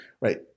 right